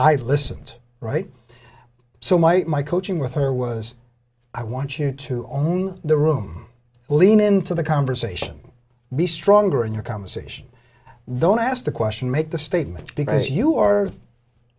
i listened right so my my coaching with her was i want you to own the room lean into the conversation be stronger in your conversation don't ask the question make the statement because you are